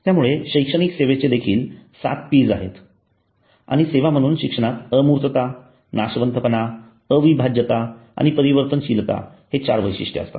त्यामुळे शैक्षणिक सेवेचे देखील सात Ps आहेत आणि सेवा म्हणून शिक्षणात अमूर्तता नाशवंतपणा अविभाज्यता आणि परिवर्तनशीलता ही चार वैशिष्ट्ये असतात